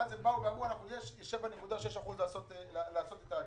ואז הם באו ואמרו שיש 7.6% לעשות את הקיצוץ,